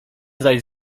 zaś